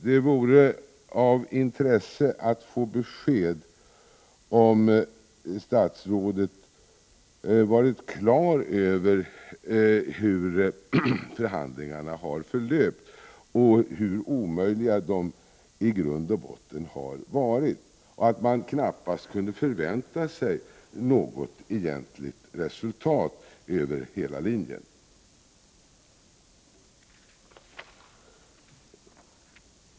Det vore av intresse att få besked om statsrådet varit på det klara med hur förhandlingarna har förlöpt, hur omöjliga de i grund och botten har varit och att man knappast kunde förvänta sig något egentligt resultat över hela linjen.